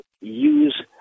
use